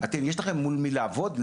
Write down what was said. אתם יש לכם מול מי לעבוד?